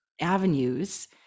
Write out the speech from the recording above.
avenues